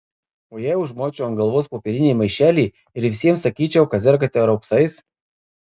o jei užmaučiau ant galvos popierinį maišelį ir visiems sakyčiau kad sergate raupsais